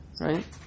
right